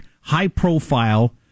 high-profile